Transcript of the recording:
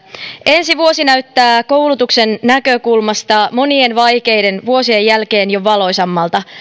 ensi vuosi näyttää koulutuksen näkökulmasta monien vaikeiden vuosien jälkeen jo valoisammalta